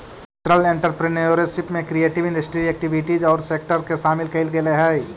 cultural entrepreneurship में creative industry activities औउर sector के शामिल कईल गेलई हई